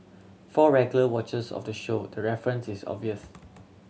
for regular watchers of the show the reference is obvious